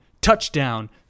touchdown